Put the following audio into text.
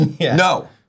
no